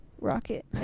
Rocket